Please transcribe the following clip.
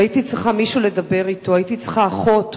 הייתי צריכה מישהו לדבר אתו, היתי צריכה אחות